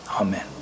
Amen